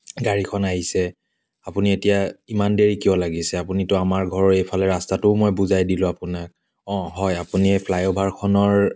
গাড়ীখন আহিছে আপুনি এতিয়া ইমান দেৰি কিয় লাগিছে আপুনিতো আমাৰ ঘৰৰ এইফালে ৰাস্তাটোও মই বুজাই দিলোঁ আপোনাক অঁ হয় আপুনি এই ফ্লাই অভাৰখনৰ